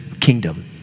kingdom